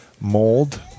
mold